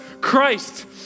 Christ